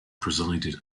presided